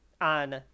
on